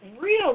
real